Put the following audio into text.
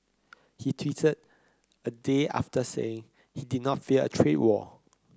he tweeted a day after saying he did not fear a trade war